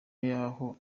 yaho